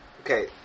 Okay